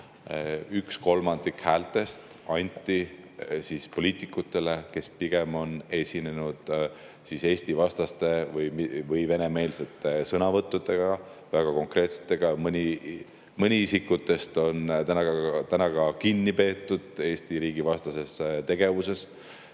üks kolmandik häältest poliitikutele, kes pigem on esinenud Eesti-vastaste või Vene-meelsete sõnavõttudega, väga konkreetsetega. Mõni nendest isikutest on praegu kinni peetud Eesti riigi vastase tegevuse